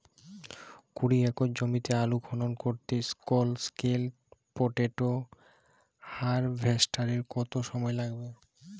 কুড়ি একর জমিতে আলুর খনন করতে স্মল স্কেল পটেটো হারভেস্টারের কত সময় লাগবে?